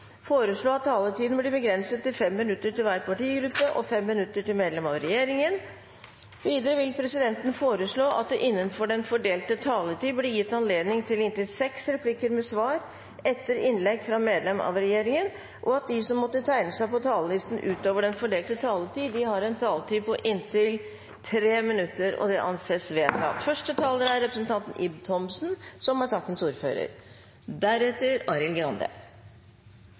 foreslå at taletiden blir begrenset til 5 minutter til hver partigruppe og 5 minutter til medlemmer av regjeringen. Videre vil presidenten foreslå at det – innenfor den fordelte taletid – blir gitt anledning til replikkordskifte på inntil seks replikker med svar etter innlegg fra medlemmer av regjeringen, og at de som måtte tegne seg på talerlisten utover den fordelte taletid, har en taletid på inntil 3 minutter. – Det anses vedtatt. I henhold til presidentens liste er første taler representanten Svein Harberg, som også er sakens ordfører.